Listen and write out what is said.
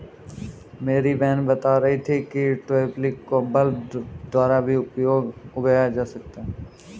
मेरी बहन बता रही थी कि ट्यूलिप को बल्ब द्वारा भी उगाया जा सकता है